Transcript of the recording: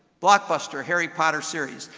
blockbuster harry potter series.